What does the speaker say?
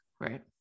right